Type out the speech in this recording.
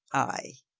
ay,